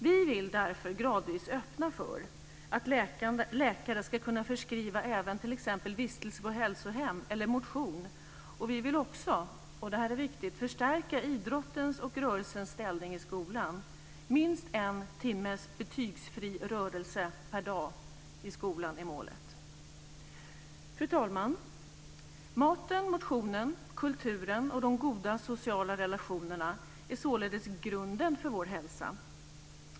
Vi vill därför gradvis öppna för att läkare ska kunna förskriva även t.ex. vistelse på hälsohem eller motion, och vi vill också - och det här är viktigt - förstärka idrottens och rörelsens ställning i skolan. Minst en timme betygsfri rörelse per dag i skolan är målet. Fru talman! Maten, motionen, kulturen och de goda sociala relationerna är således grunden för vår hälsa.